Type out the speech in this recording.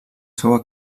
seua